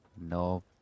No